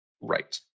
Right